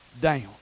down